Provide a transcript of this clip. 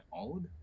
old